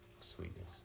sweetness